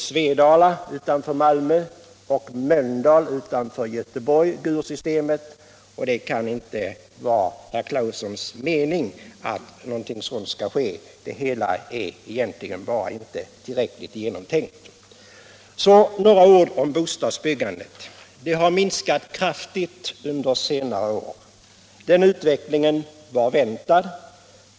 Svedala utanför Malmö och Mölndal utanför Göteborg skulle också gå ur systemet. Det kan inte vara herr Claesons mening att något sådant skall ske. Förslaget är helt enkelt inte tillräckligt genomtänkt. Så några ord om bostadsbyggandet. Det har minskat kraftigt under senare år. Den utvecklingen var väntad.